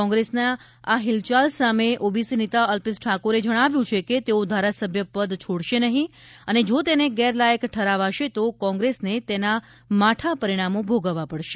કોંગ્રેસની આ હિલચાલ સામે ઓબીસી નેતા અલ્પેશ ઠાકોરે જણાવ્યું છે કે તેઓ ધારાસભ્ય પદ છોડશે નહીં અને જો તેને ગેરલાયક ઠરાવાશે તો કોંગ્રેસને તેના માઠા પરિણામો ભોગવવા પડશે